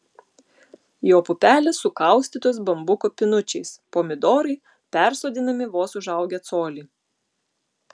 jo pupelės sukaustytos bambuko pinučiais pomidorai persodinami vos užaugę colį